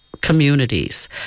communities